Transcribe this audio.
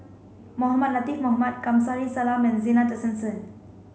Mohamed Latiff Mohamed Kamsari Salam and Zena Tessensohn